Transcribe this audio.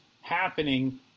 happening